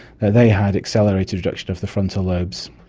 they had accelerated reduction of the frontal lobes.